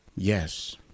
Yes